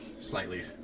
slightly